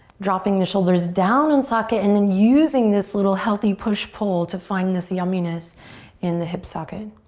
dropping the shoulders down in socket and then using this little healthy push-pull to find this yumminess in the hip socket,